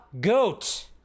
GOAT